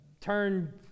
turn